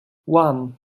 one